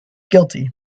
guilty